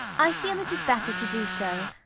i feel it is better to do so.